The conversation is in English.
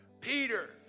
Peter